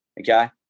okay